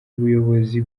ubuyobozi